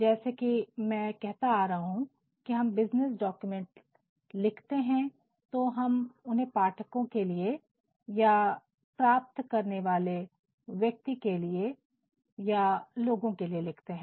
जैसे कि मैं कहता आ रहा हूं कि जब हम बिज़नेस डॉक्यूमेंट लिखते हैं तो हम उन्हें पाठकों के लिए या प्राप्त करने वाले व्यक्ति के लिए या लोगों के लिए लिखते हैं